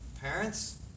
parents